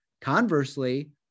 conversely